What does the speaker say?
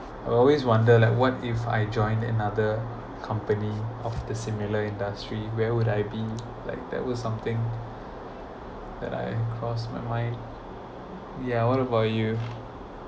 I always wonder like what if I join another company of the similar industry where would I be like that were something that I in crossed my mind yeah what about you